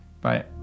bye